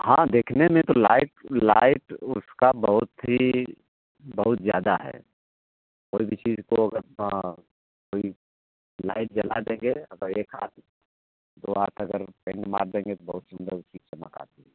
हाँ देखने में तो लाइट लाइट उसका बहुत ही बहुत ज़्यादा है और किसी को अगर कोई लाइट जला देंगे अगर एक हाथ जो आप अगर कहीं मार देंगे तो बहुत सुंदर उसकी चमक आती है